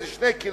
איזה 2 קילומטר,